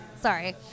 Sorry